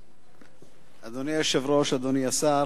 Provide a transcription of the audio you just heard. אדוני היושב-ראש, אדוני השר,